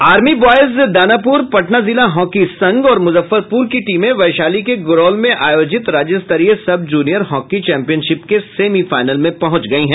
army boys Danapur Patna जिला hockey संघ और मूजफ्फरप्र की टीमें वैशाली के गोरौल में आयोजित राज्य स्तरीय सब जूनियर हॉकी चैंपियनशिप के सेमीफाइनल में पहुंच गयी हैं